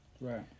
Right